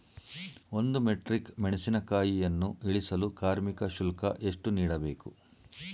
ಒಂದು ಮೆಟ್ರಿಕ್ ಮೆಣಸಿನಕಾಯಿಯನ್ನು ಇಳಿಸಲು ಕಾರ್ಮಿಕ ಶುಲ್ಕ ಎಷ್ಟು ನೀಡಬೇಕು?